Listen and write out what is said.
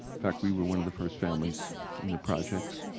fact, we were one of the first families in the projects.